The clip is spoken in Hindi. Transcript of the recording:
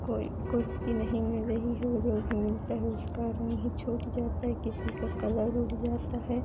कोई कुर्ती नहीं मिल रही है जो भी मिलता है उसका रंग ही छूट जाता है किसी का कलर उड़ जाता है